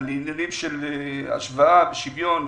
עניינים של השוואה ושוויון,